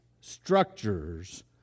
structures